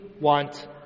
want